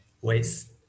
ways